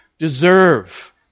deserve